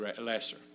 lesser